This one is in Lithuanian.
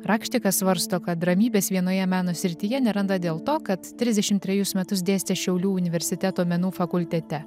rakštikas svarsto kad ramybės vienoje meno srityje neranda dėl to kad trisdešim trejus metus dėstė šiaulių universiteto menų fakultete